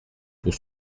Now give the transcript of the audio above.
pour